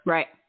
Right